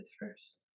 first